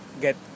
get